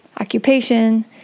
occupation